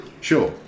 Sure